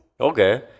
Okay